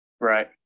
Right